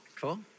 cool